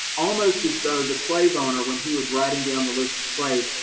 almost as though the slave owner, when he was writing down the list of slaves,